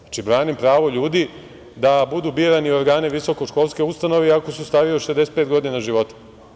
Znači, branim prava ljudi da budu birani organi visokoškolske ustanove iako su stariji od 65 godina života.